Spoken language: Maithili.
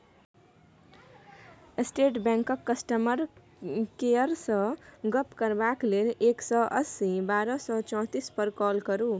स्टेट बैंकक कस्टमर केयरसँ गप्प करबाक लेल एक सय अस्सी बारह सय चौतीस पर काँल करु